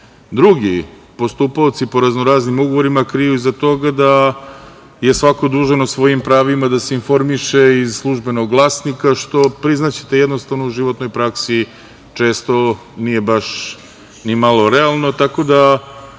drugi postupaoci po raznoraznim ugovorima, kriju iza toga da je svako dužan o svojim pravima da se informiše iz „Službenog glasnika“, što, priznaćete, jednostavno u životnoj praksi često nije baš ni malo realno,